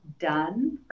done